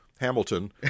hamilton